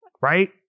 Right